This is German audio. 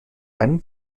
einem